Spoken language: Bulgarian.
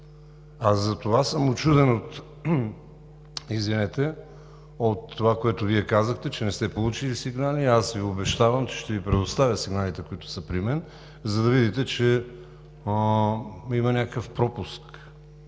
Затова съм учуден от това, което Вие казахте, че не сте получили сигнали. Аз Ви обещавам, че ще Ви предоставя сигналите, които са при мен, за да видите, че има някакъв пропуск